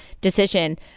decision